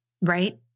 right